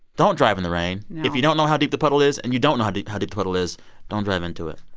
don't drive in the rain no if you don't know how deep the puddle is and you don't know how deep how deep the puddle is don't drive into it.